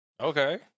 Okay